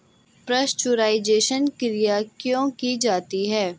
Pasteurisation की क्रिया क्यों की जाती है?